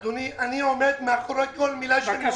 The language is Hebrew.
אדוני, אני עומד מאחורי כל מילה שאני אומר.